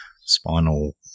spinal